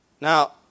Now